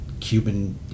Cuban